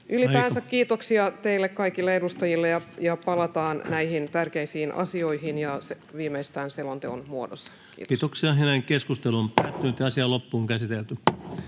Ylipäänsä kiitoksia teille kaikille edustajille, ja palataan näihin tärkeisiin asioihin viimeistään selonteon muodossa. — Kiitos. Lähetekeskustelua varten esitellään